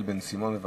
בבקשה,